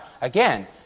again